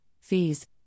fees